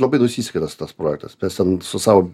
labai nusisekė tas tas projektas mes ten su sau